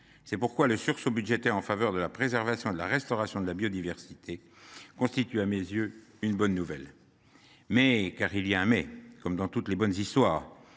transformateurs. Le sursaut budgétaire en faveur de la préservation et de la restauration de la biodiversité constitue donc une bonne nouvelle, mais – car il y a un « mais… », comme dans toutes les bonnes histoires